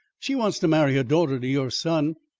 she wants to marry her daughter to your son.